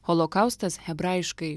holokaustas hebrajiškai